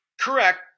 Correct